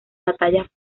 batallas